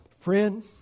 Friend